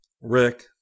Rick